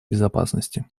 безопасности